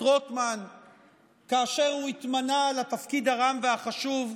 רוטמן כאשר הוא התמנה לתפקיד הרם והחשוב,